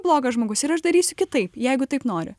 blogas žmogus ir aš darysiu kitaip jeigu taip noriu